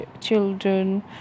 children